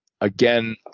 Again